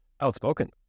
outspoken